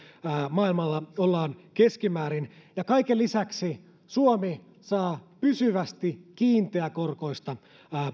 maailmalla ollaan keskimäärin ja kaiken lisäksi suomi saa pysyvästi kiinteäkorkoista